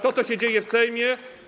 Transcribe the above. To, co się dzieje w Sejmie.